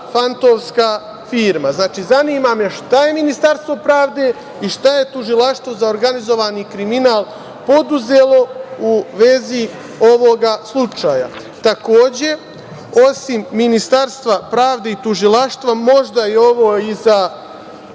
fantomska firma. Znači, zanima me šta je Ministarstvo pravde i šta je Tužilaštvo za organizovani kriminal poduzelo u vezi ovog slučaja. Takođe, osim Ministarstva pravde i Tužilaštva, možda je ovo i za